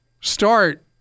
start